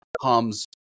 comes